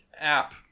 app